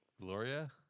Gloria